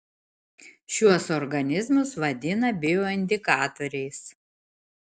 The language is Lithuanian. šiuos organizmus vadina bioindikatoriais